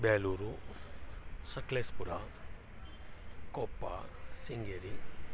Belur Sakleshpur Koppa Sringeri